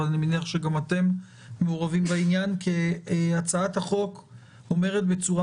אבל אני מניח שגם אתם מעורבים בעניין הצעת החוק אומרת בצורה